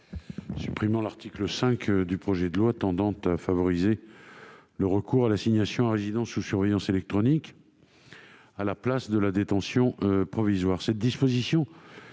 de rétablir l'article 5 du présent texte, qui tend à favoriser le recours à l'assignation à résidence sous surveillance électronique en lieu et place de la détention provisoire.